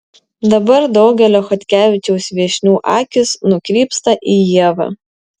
dabar daugelio chodkevičiaus viešnių akys nukrypsta į ievą